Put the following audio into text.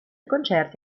concerti